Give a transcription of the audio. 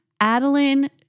Adeline